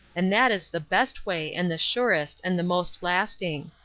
and that is the best way and the surest and the most lasting.